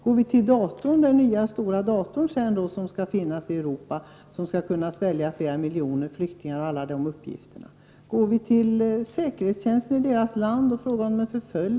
Kan vi använda oss av den nya stordator som skall finnas för Europa och som skall kunna innehålla uppgifter om flera hundra miljoner flyktingar, eller skall vi vända oss till säkerhetstjänsten i resp. land för att få reda på om vederbörande är förföljd?